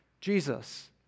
Jesus